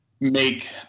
make